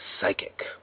psychic